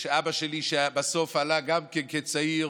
ושל אבא שלי, שבסוף עלה גם כן כצעיר